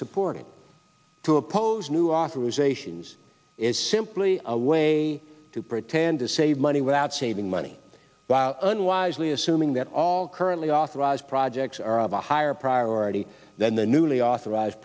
support it to oppose new authorizations is simply a way to pretend to save money without saving money by unwisely assuming that all currently authorized projects are of a higher priority than the newly authorized